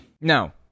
No